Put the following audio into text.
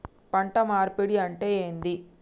పంట మార్పిడి అంటే ఏంది?